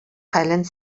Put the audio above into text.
хәлен